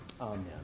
Amen